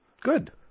Good